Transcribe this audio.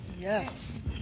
Yes